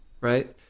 right